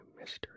mystery